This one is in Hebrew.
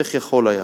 איך יכול היה.